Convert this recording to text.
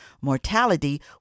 mortality